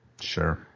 Sure